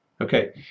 okay